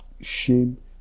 Shame